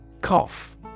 Cough